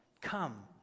come